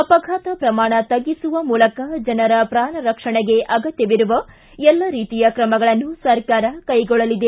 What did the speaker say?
ಅಪಘಾತ ಪ್ರಮಾಣ ತಗ್ಗಿಸುವ ಮೂಲಕ ಜನರ ಪ್ರಾಣರಕ್ಷಣೆಗೆ ಅಗತ್ಯವಿರುವ ಎಲ್ಲ ರೀತಿಯ ಕ್ರಮಗಳನ್ನು ಸರ್ಕಾರ ಕೈಗೊಳ್ಳಲಿದೆ